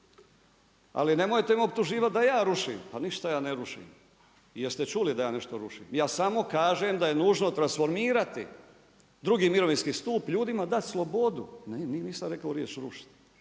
Ali nemojte me optuživati da ja rušim, pa ništa ja ne rušim. Jeste čuli da ja nešto rušim? Ja samo kažem da je nužno transformirati drugi mirovinski stup ljudima dati slobodu, ne nisam rekao riječ rušiti.